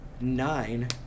Nine